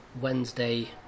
Wednesday